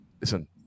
listen